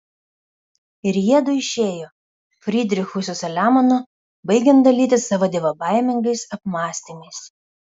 ir jiedu išėjo frydrichui su saliamonu baigiant dalytis savo dievobaimingais apmąstymais